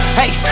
hey